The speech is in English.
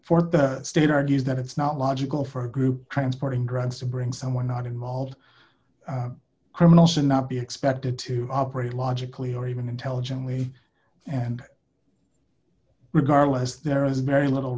for the state argues that it's not logical for a group transporting drugs to bring someone not involved criminal should not be expected to operate logically or even intelligently and regardless there is very little